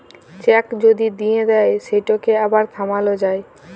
cheque যদি দিঁয়ে দেই সেটকে আবার থামাল যায়